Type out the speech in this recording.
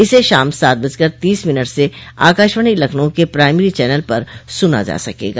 इसे शाम सात बजकर तीस मिनट से आकाशवाणी लखनऊ के प्राइमरी चैनल पर सुना जा सकेगा